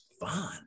fun